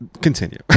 Continue